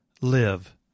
live